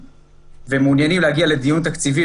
והם מעוניינים להגיע לדיון תקציבי,